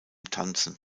tanzen